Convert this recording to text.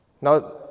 Now